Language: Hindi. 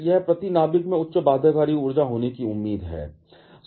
यह प्रति नाभिक में उच्च बाध्यकारी ऊर्जा होने की उम्मीद है